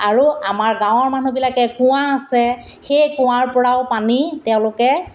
আৰু আমাৰ গাঁৱৰ মানুহবিলাকে কুঁৱা আছে সেই কুঁৱাৰ পৰাও পানী তেওঁলোকে